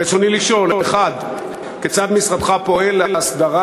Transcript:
רצוני לשאול: 1. כיצד משרדך פועל להסדרת